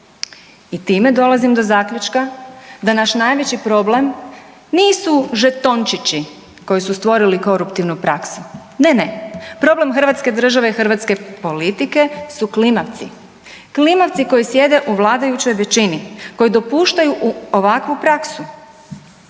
I time dolazim do zaključka da naš najveći problem nisu žetončići koji su stvorili koruptivnu praksu, ne, ne, problem hrvatske države i hrvatske politike su klimavci, klimavci koji sjede u vladajućoj većini, koji dopuštaju ovakvu praksu.